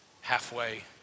halfway